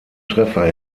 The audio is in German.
treffer